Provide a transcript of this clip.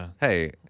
Hey